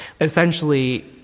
Essentially